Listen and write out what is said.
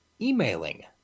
emailing